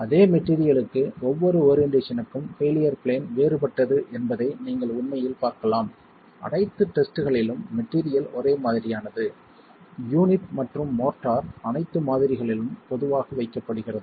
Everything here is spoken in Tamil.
அதே மெட்டிரியளுக்கு ஒவ்வொரு ஓரியென்ட்டேஷன்க்கும் பெயிலியர் பிளேன் வேறுபட்டது என்பதை நீங்கள் உண்மையில் பார்க்கலாம் அனைத்து டெஸ்ட்களிலும் மெட்டிரியல் ஒரே மாதிரியானது யூனிட் மற்றும் மோர்ட்டார் அனைத்து மாதிரிகளிலும் பொதுவாக வைக்கப்படுகிறது